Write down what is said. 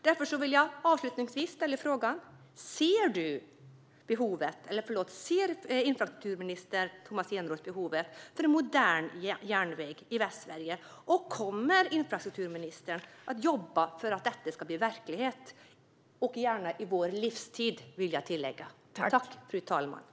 Därför vill jag avslutningsvis fråga: Ser infrastrukturminister Tomas Eneroth behovet av en modern järnväg i Västsverige, och kommer infrastrukturministern att jobba för att detta - gärna under vår livstid - ska bli verklighet?